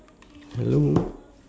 hello